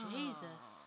Jesus